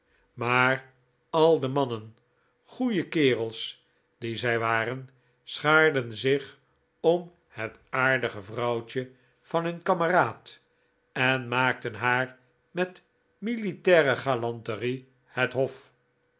maar al de mannen goeie kerels die zij waren schaarden zich om het aardige vrouwtje van hun kameraad en maakten haar met militaire galanterie het hof